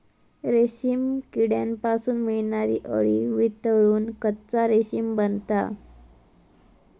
रेशीम किड्यांपासून मिळणारी अळी वितळून कच्चा रेशीम बनता